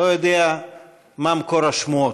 לא יודע מה מקור השמועות.